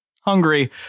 hungry